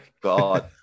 God